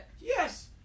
Yes